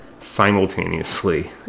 simultaneously